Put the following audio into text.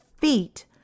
feet